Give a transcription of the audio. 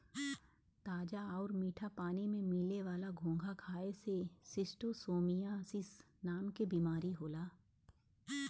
ताजा आउर मीठा पानी में मिले वाला घोंघा खाए से शिस्टोसोमियासिस नाम के बीमारी होला